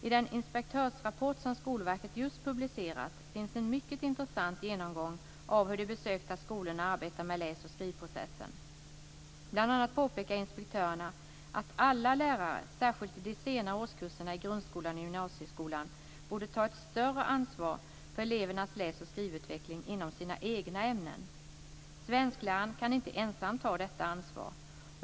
I den inspektörsrapport som Skolverket just publicerat finns en mycket intressant genomgång av hur de besökta skolorna arbetar med läsoch skrivprocessen. Bl.a. påpekar inspektörerna att alla lärare, särskilt i de senare årskurserna i grundskolan och i gymnasieskolan, borde ta ett större ansvar för elevernas läs och skrivutveckling inom sina egna ämnen. Svenskläraren kan inte ensam ta detta ansvar.